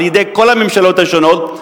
על-ידי כל הממשלות השונות,